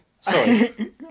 sorry